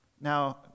now